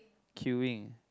queuing